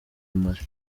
mali